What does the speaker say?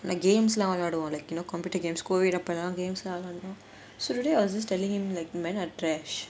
like games leh விளையாடுவோம்:la vilaiyaaduvom you know computer games COVID அப்போல்லாம்:appolaam games லாம் விளையாடுவோம்:laam vilaiyaaduvom so today I was just telling him like men are trash